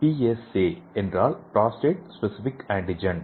PSA என்றால் prostate specific antigen